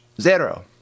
zero